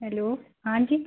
hello हाँ जी